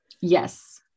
Yes